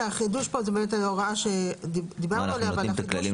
החידוש כאן זה ההוראה שדיברנו עליה .